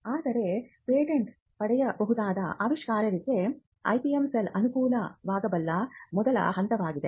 ಆದರೆ ಪೇಟೆಂಟ್ ಪಡೆಯಬಹುದಾದ ಆವಿಷ್ಕಾರಕ್ಕೆ IPM ಸೆಲ್ ಅನುಕೂಲವಾಗಬಲ್ಲ ಮೊದಲ ಹಂತವಾಗಿದೆ